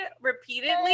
repeatedly